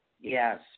Yes